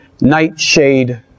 nightshade